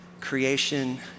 creation